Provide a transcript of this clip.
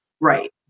Right